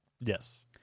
Yes